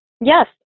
Yes